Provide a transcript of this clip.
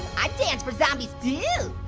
i'd dance for zombies, too.